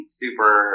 super